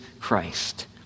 Christ